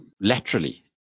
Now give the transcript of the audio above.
laterally